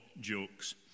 jokes